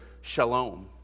shalom